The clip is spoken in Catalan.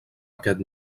aquest